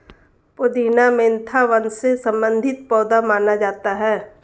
पुदीना मेंथा वंश से संबंधित पौधा माना जाता है